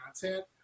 content